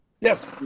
Yes